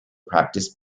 practiced